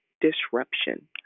Disruption